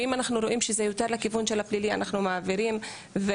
ואם אנחנו רואים שזה יותר לכיוון של הפלילי אנחנו מעבירים וההיפך.